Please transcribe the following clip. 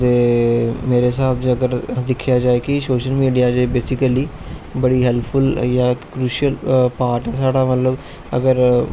दे मेरे स्हाब च अगर दिक्खेआ जाए कि सोशल मिडिया जेहडी बेसीकली बड़ी हैल्पफुल जां इक क्रुशल पार्ट ऐ साढ़ा मतलब अगर